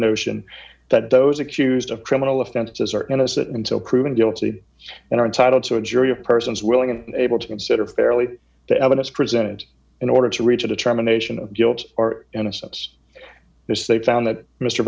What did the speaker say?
notion that those accused of criminal offenses are innocent until proven guilty and are entitled to a jury of persons willing and able to consider fairly the evidence presented in order to reach a determination of guilt or innocence and this they found that mr